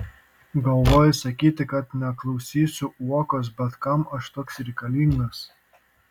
galvoju sakyti kad neklausysiu uokos bet kam aš toks reikalingas